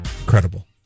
Incredible